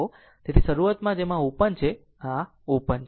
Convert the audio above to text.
તેથી શરૂઆતમાં કે જેમ આ ઓપન છે તે ઓપન છે